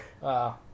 Wow